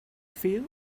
feel